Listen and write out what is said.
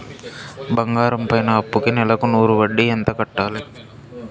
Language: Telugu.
బంగారం పైన అప్పుకి నెలకు నూరు వడ్డీ ఎంత కట్టాలి?